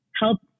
help